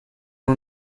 اون